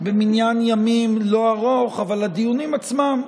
במניין ימים לא ארוך אבל הדיונים עצמם,